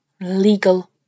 legal